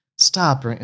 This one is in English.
Stop